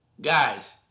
Guys